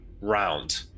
round